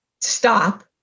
Stop